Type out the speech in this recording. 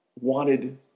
wanted